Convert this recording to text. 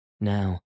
Now